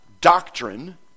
doctrine